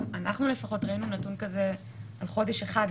אנחנו לפחות ראינו נתון כזה על חודש אחד,